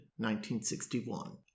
1961